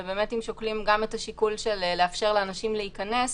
אם שוקלים גם את השיקול לאפשר לאנשים להיכנס,